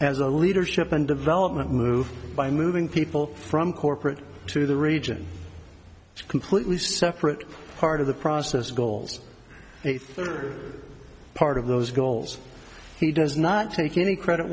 a leadership and development move by moving people from corporate to the region completely separate part of the process goals a part of those goals he does not take any credit